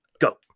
Go